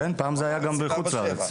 כן פעם זה היה גם בחוץ לארץ.